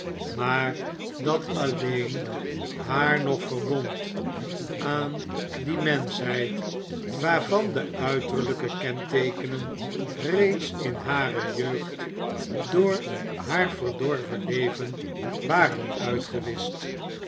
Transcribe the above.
maar dat alleen haar nog verbond aan die menschheid waarvan de uiterlijke ken eekenen reeds in hare jeugd door haar verdorven leven waren uitgewischt